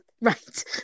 Right